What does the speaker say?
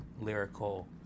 lyrical